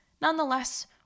Nonetheless